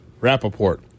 Rappaport